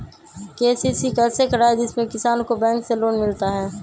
KCC कैसे कराये जिसमे किसान को बैंक से लोन मिलता है?